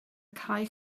cae